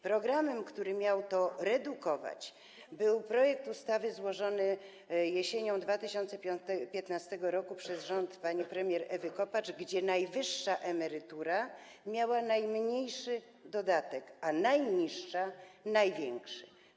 Programem, który miał to redukować, był projekt ustawy złożony jesienią 2015 r. przez rząd pani premier Ewy Kopacz, gdzie najwyższa emerytura miała najmniejszy dodatek, a najniższa największy.